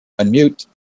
Unmute